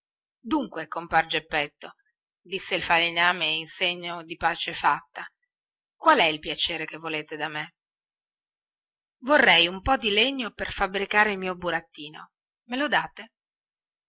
dunque compar geppetto disse il falegname in segno di pace fatta qual è il piacere che volete da me vorrei un po di legno per fabbricare il mio burattino me lo date